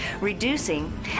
reducing